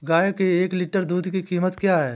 गाय के एक लीटर दूध की कीमत क्या है?